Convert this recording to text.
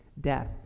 Death